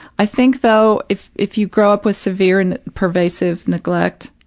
i think though, if if you grow up with severe and pervasive neglect,